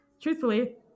Truthfully